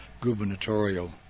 gubernatorial